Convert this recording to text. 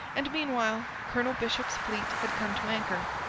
and meanwhile colonel bishop's fleet had come to anchor,